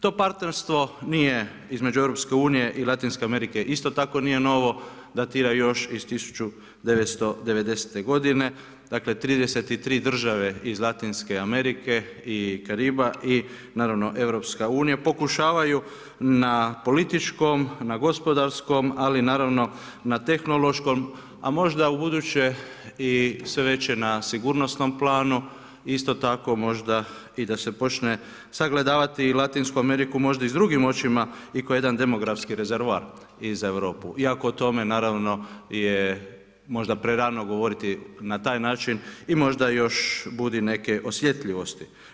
To partnerstvo između EU-a i Latinske Amerike isto tako nije novo, datira još iz 1990. godine, dakle 33 država iz Latinske Amerike i Kariba i naravno EU-a, pokušavaju na političkom, na gospodarskom ali i naravno na tehnološkom a možda ubuduće i sve veće na sigurnosnom planu, isto tako možda i da se počne sagledavati Latinsku Ameriku možda i s drugim očima i kao jedan demografski rezervoar i za Europu iako o tome naravno je možda prerano govoriti na taj način i možda još budi neke osjetljivosti.